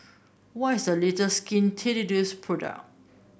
what is the latest Skin Ceuticals product